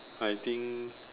I think